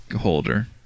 holder